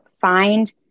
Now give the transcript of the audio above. find